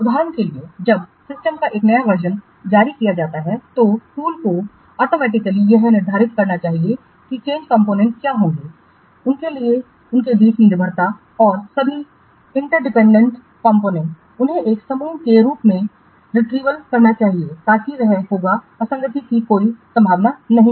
उदाहरण के लिए जब सिस्टम का एक नया वर्जन जारी किया जाना है तो टूल को ऑटोमेटिकली यह निर्धारित करना चाहिए कि चेंज कंपोनेंटस क्या होंगे उनके बीच निर्भरता और सभी इंटरडिपेंडेंट कंपोनेंट उन्हें एक समूह के रूप में रिट्रीव करना चाहिए ताकि वहां होगा असंगति की कोई संभावना नहीं है